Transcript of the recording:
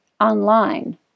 online